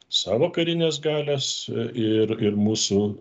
savo karinės galios ir ir mūsų